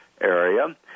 Area